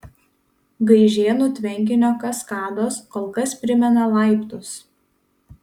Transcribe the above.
gaižėnų tvenkinio kaskados kol kas primena laiptus